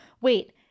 Wait